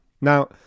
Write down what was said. now